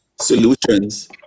solutions